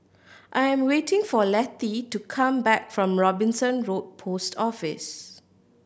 I am waiting for Lettie to come back from Robinson Road Post Office